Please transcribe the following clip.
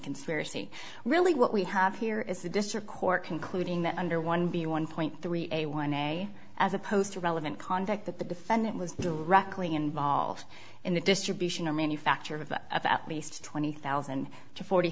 conspiracy really what we have here is a district court concluding that under one b one point three a one day as opposed to relevant conduct that the defendant was directly involved in the distribution or manufacture of of at least twenty thousand to forty